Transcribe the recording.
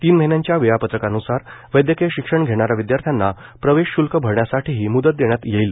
तीन महिन्यांच्या वेळापत्रकान्सार वैद्यकीय शिक्षण घेणाऱ्या विद्यार्थ्यांना प्रवेश श्ल्क भरण्यासाठीही म्दत देण्यात येईल